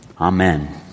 Amen